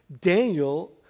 Daniel